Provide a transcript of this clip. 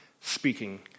speaking